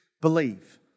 believe